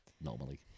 normally